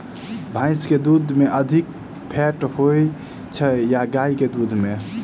भैंस केँ दुध मे अधिक फैट होइ छैय या गाय केँ दुध में?